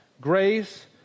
grace